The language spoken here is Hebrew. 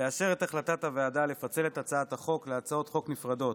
לאשר את החלטת הוועדה לפצל את הצעת החוק להצעות חוק נפרדות,